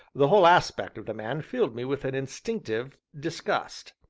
the whole aspect of the man filled me with an instinctive disgust.